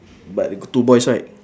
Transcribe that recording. but they g~ two boys right